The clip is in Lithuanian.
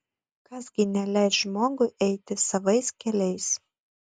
kas gi neleis žmogui eiti savais keliais